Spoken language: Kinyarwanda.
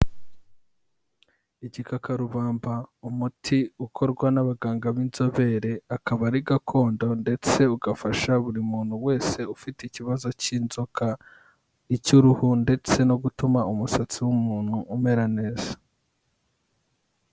Igikakarubamba umuti ukorwa n'abaganga b'inzobere, akaba ari gakondo ndetse ugafasha buri muntu wese ufite ikibazo cy'inzoka, icy'uruhu ndetse no gutuma umusatsi w'umuntu umera neza.